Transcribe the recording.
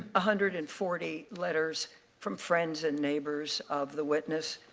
hundred and forty letters from friends and neighbors of the witness,